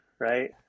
right